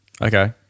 Okay